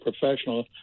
professional